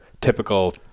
typical